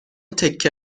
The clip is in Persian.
تکه